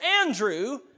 Andrew